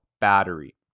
battery